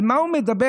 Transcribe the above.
על מה הוא מדבר?